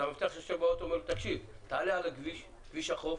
המאבטח היה אומר, תעלה על כביש החוף,